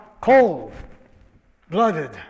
cold-blooded